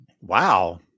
Wow